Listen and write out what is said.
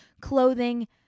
clothing